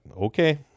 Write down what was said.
okay